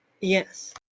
Yes